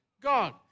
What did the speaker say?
God